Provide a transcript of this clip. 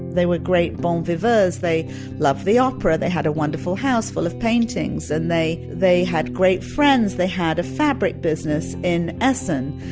they were great bon viveurs. they love the opera. they had a wonderful house full of paintings and they they had great friends they had a fabric business in essen.